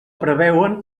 preveuen